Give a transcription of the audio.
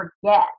forget